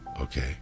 okay